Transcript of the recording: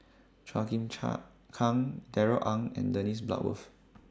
Chua Chim Kang Darrell Ang and Dennis Bloodworth